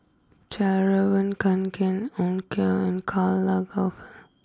Fjallraven Kanken Onkyo and Karl Lagerfeld